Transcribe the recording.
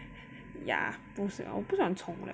ya 不是我不喜欢冲凉